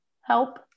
help